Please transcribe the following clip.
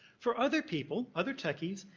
for other people, other techies,